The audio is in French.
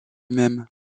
même